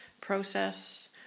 process